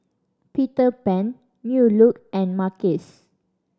Peter Pan New Look and Mackays